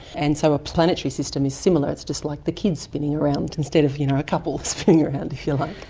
and so a planetary system is similar. it's just like the kids spinning around. instead of you know a couple spinning around if you like.